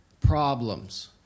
problems